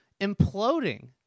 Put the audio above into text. imploding